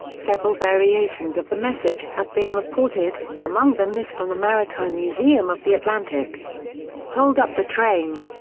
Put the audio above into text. several variations of the message have been reported, among them this from the maritime museum of the atlantic hold up the train.